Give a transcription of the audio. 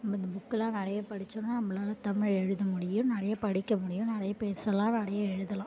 நம்ம அந்த புக்குலாம் நிறைய படித்தோனா நம்மளால தமிழ் எழுத முடியும் நிறைய படிக்க முடியும் நிறைய பேசலாம் நிறைய எழுதலாம்